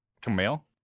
Camille